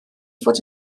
fod